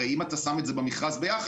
הרי אם אתה שם את זה במכרז ביחד,